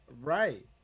right